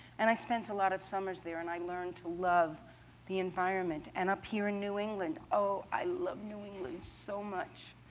and i spent a lot of summers there, and i learned to love the environment. and up here in new england oh, i love new england so much.